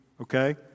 okay